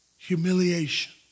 Humiliation